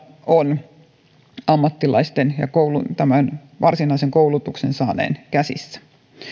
on ammattilaisten ja tämän varsinaisen koulutuksen saaneen käsissä